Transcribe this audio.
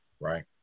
right